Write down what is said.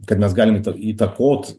kad mes galim įta įtakot